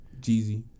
Jeezy